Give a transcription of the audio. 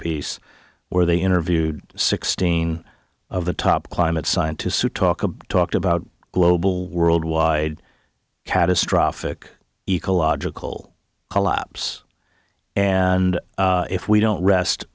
piece where they interviewed sixteen of the top climate scientists who talk about talked about global worldwide catastrophic ecological collapse and if we don't rest